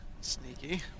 sneaky